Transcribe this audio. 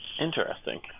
Interesting